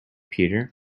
peter